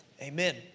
Amen